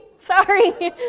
sorry